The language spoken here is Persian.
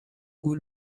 گول